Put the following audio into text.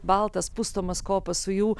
baltas pustomas kopas su jų